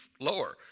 lower